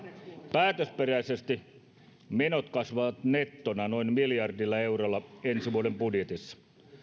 päätösperäisesti menot kasvavat nettona noin miljardilla eurolla ensi vuoden budjetissa